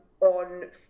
on